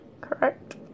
Correct